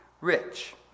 rich